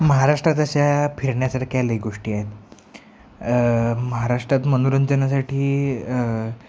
महाराष्ट्रात अशा फिरण्यासारख्या लई गोष्टी आहेत महाराष्ट्रात मनोरंजनासाठी